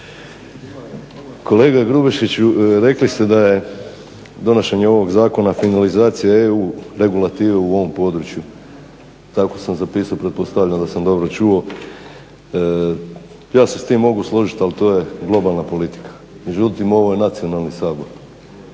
Kolega Grubišić, rekli ste da je donošenje ovog zakona finalizacije EU regulative u ovom području, tako sam zapisao, pretpostavljam da sam dobro čuo. Ja se s tim mogu složiti, ali to je globalna politika, međutim ovo je nacionalni Sabor.